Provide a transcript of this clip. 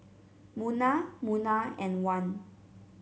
Munah Munah and Wan